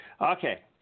Okay